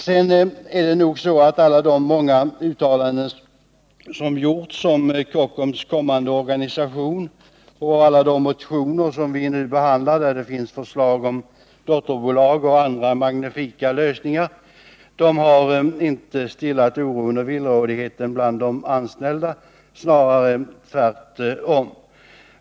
Sedan är det nog så att alla de många uttalanden som gjorts om Kockums kommande organisation och alla de motioner som vi nu behandlar —därdet finns förslag om dotterbolag och andra magnifika lösningar —-inte har stillat oron och villrådigheten bland de anställda, snarare tvärtom.